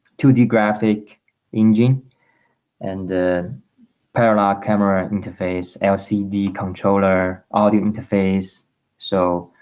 two d graphic engine and parallel camera interface lcd controller audio interface so